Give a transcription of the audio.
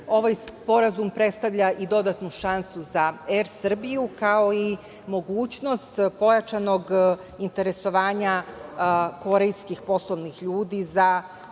Ovaj sporazum predstavlja i dodatnu šansu Er Srbiju, kao i mogućnost pojačanog interesovanja korejskih poslovnih ljudi za